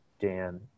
Dan